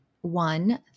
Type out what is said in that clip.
one